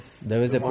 Debes